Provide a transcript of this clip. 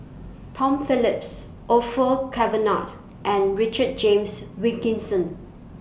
Tom Phillips Orfeur Cavenagh and Richard James Wilkinson